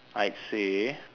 I'd say